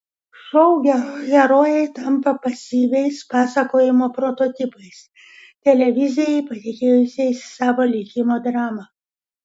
šou herojai tampa pasyviais pasakojimo prototipais televizijai patikėjusiais savo likimo dramą